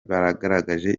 bagaragaje